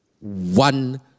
One